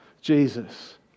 Jesus